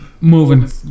moving